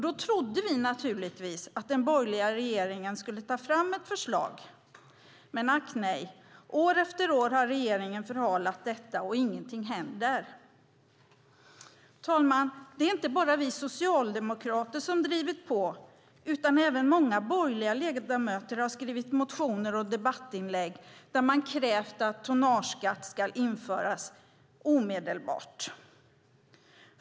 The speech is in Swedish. Då trodde vi naturligtvis att den borgerliga regeringen skulle ta fram ett förslag. Men, ack nej. År efter år har regeringen förhalat detta, och ingenting händer. Herr talman! Det är inte bara vi socialdemokrater som har drivit på, utan även många borgerliga ledamöter har skrivit motioner och debattinlägg där de har krävt att en tonnageskatt ska införas omedelbart.